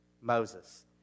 Moses